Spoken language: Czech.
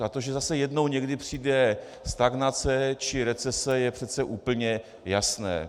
A to, že zase jednou někdy přijde stagnace či recese, je přece úplně jasné.